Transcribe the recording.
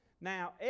Now